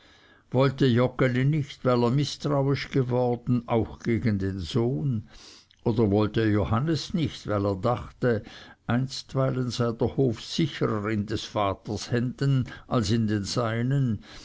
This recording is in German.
wollte joggeli nicht weil er mißtrauisch geworden auch gegen den sohn oder wollte johannes nicht weil er dachte einstweilen sei der hof sicherer in des vaters händen als in den seinen